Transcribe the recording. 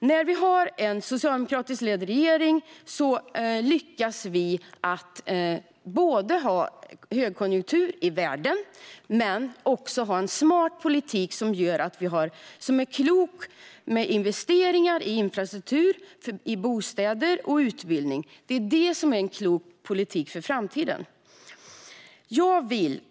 När vi har en socialdemokratiskt ledd regering lyckas vi ha både högkonjunktur i världen och en smart politik som är klok, med investeringar i infrastruktur, bostäder och utbildning. Det är detta som är en klok politik för framtiden.